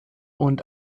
und